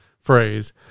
phrase